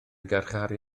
garcharu